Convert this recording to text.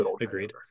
agreed